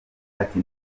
ati